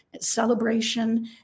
celebration